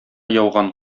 яуган